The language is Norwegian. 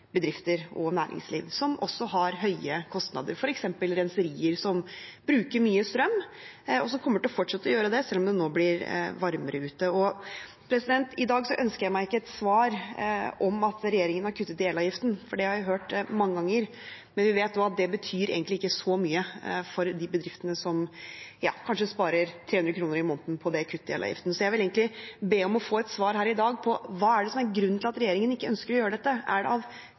bedrifter og næringsliv, som også har høye kostnader, f.eks. renserier, som bruker mye strøm, og som kommer til å fortsette å gjøre det selv om det nå blir varmere ute. I dag ønsker jeg meg ikke et svar om at regjeringen har kuttet i elavgiften, for det har jeg hørt mange ganger. Vi vet at kuttet i elavgiften egentlig ikke betyr så mye for de bedriftene som kanskje sparer 300 kr i måneden på det. Så jeg vil egentlig be om å få et svar på hva som er grunnen til at regjeringen ikke ønsker å gjøre dette. Er det av